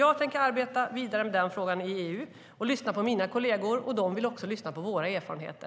Jag tänker arbeta vidare med den frågan i EU och lyssna på mina kolleger, och de vill också lyssna på våra erfarenheter.